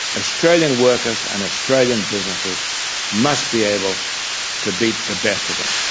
australian workers and australian businesses must be able to beat the best of them.